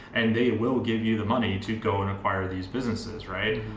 and they will give you the money to go and acquire these businesses, right.